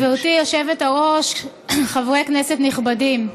גברת היושבת-ראש, חברי כנסת נכבדים,